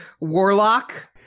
warlock